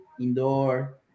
indoor